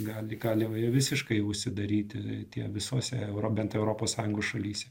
gali gali visiškai užsidaryti tie visose euro bent europos sąjungos šalyse